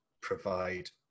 provide